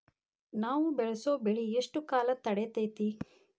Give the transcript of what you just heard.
ನಾವು ಬೆಳಸೋ ಬೆಳಿ ಎಷ್ಟು ಕಾಲ ತಡೇತೇತಿ?